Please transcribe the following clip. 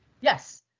Yes